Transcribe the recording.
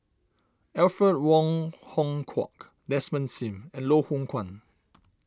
Alfred Wong Hong Kwok Desmond Sim and Loh Hoong Kwan